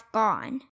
gone